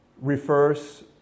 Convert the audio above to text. refers